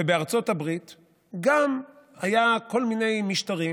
ובארצות הברית גם היו כל מיני משטרים